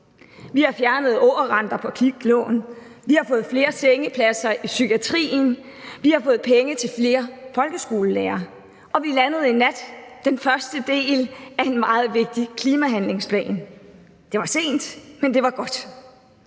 Vi har fjernet ågerrenter på kviklån, vi har fået flere sengepladser i psykiatrien, vi har fået penge til flere folkeskolelærere, og vi landede i nat den første del af en meget vigtig klimahandlingsplan. Det var sent, men det var godt.